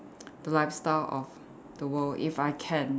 the lifestyle of the world if I can